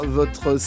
votre